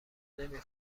نمی